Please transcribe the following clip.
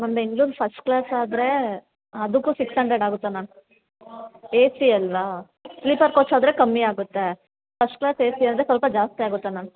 ma'am Bengaluru first class ಆದ್ರೆ ಅದಕ್ಕು six hundred ಆಗುತ್ತೆ ಮ್ಯಾಮ್ ಎ ಸಿ ಅಲ್ಲವಾ ಸ್ಲೀಪರ್ ಕೋಚ್ ಆದರೆ ಕಮ್ಮಿ ಆಗುತ್ತೆ ಫಸ್ಟ್ ಕ್ಲಾಸ್ ಎ ಸಿ ಅಂದರೆ ಸ್ವಲ್ಪ ಜಾಸ್ತಿ ಆಗುತ್ತೆ ಮ್ಯಾಮ್